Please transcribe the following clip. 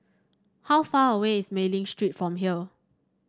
how far away is Mei Ling Street from here